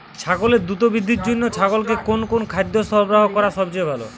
ছাগলের দ্রুত বৃদ্ধির জন্য ছাগলকে কোন কোন খাদ্য সরবরাহ করা সবচেয়ে ভালো?